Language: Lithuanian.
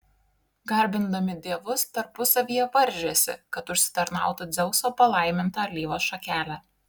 garbindami dievus tarpusavyje varžėsi kad užsitarnautų dzeuso palaimintą alyvos šakelę